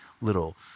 little